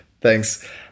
Thanks